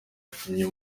yatumye